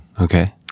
Okay